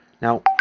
Now